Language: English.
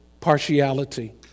partiality